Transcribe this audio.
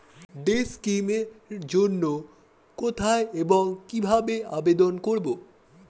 Day scheme এর জন্য কোথায় এবং কিভাবে আবেদন করব?